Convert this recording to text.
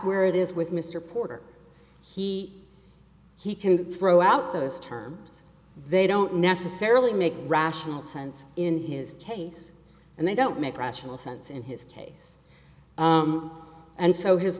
where it is with mr porter he he can throw out those terms they don't necessarily make rational sense in his case and they don't make rational sense in his case and so his